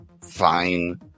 fine